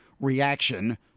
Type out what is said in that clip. reaction